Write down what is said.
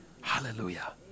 Hallelujah